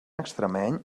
extremeny